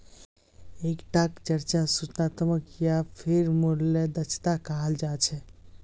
एक टाक चर्चा सूचनात्मक या फेर मूल्य दक्षता कहाल जा छे